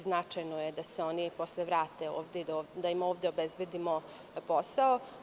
Značajno je da se oni posle vrate ovde i da m ovde obezbedimo posao.